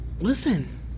listen